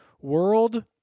world